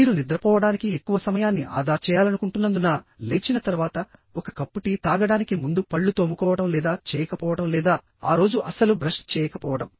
మీరు నిద్రపోవడానికి ఎక్కువ సమయాన్ని ఆదా చేయాలనుకుంటున్నందున లేచిన తర్వాత ఒక కప్పు టీ తాగడానికి ముందు పళ్ళు తోముకోవడం లేదా చేయకపోవడం లేదా ఆ రోజు అస్సలు బ్రష్ చేయకపోవడం